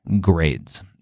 grades